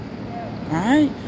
right